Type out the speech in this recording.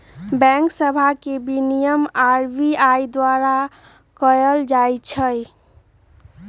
bank सभ के विनियमन आर.बी.आई द्वारा कएल जाइ छइ